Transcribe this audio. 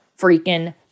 freaking